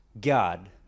God